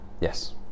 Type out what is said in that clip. yes